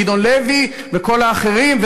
גדעון לוי וכל האחרים,